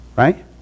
Right